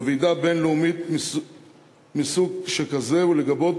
בוועידה בין-לאומית מסוג שכזה ולגבות